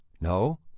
No